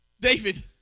David